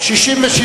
בעד, 67,